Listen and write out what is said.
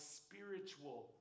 spiritual